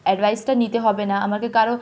অ্যাডভাইসটা নিতে হবে না আমাকে কারো